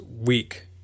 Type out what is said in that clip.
weak